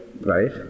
right